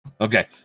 okay